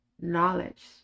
knowledge